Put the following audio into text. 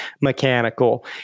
mechanical